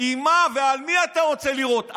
מר חודק, עם מה ועל מי אתה רוצה לירות?